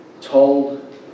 told